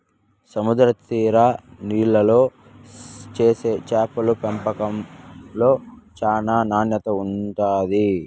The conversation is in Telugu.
సముద్ర తీర నీళ్ళల్లో చేసే చేపల పెంపకంలో చానా నాణ్యత ఉంటాది